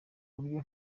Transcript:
buryo